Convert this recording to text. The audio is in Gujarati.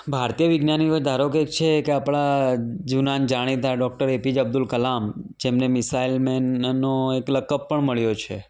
ભારતીય વિજ્ઞાનીઓએ ધારો કે છે કે આપણા જૂના ને જાણીતા doctor A P J Abdul Kalam જેમને મિસાઇલ મેનનો એકલ કપ પણ મળ્યો છે